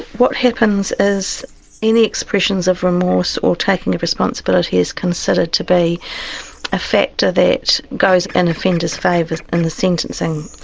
what happens is any expressions of remorse or taking of responsibility is considered to be a factor that goes in offenders' favour in the sentencing.